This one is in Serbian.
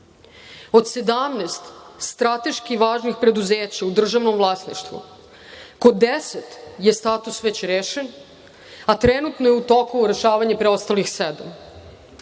17 strateški važnih preduzeća u državnom vlasništvu, kod deset je status već rešen, a trenutno je u toku rešavanje preostalih